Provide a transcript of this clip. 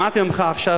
שמעתי ממך עכשיו,